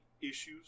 issues